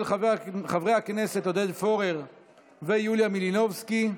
של חברי הכנסת עודד פורר ויוליה מלינובסקי.